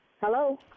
Hello